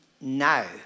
now